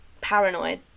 paranoid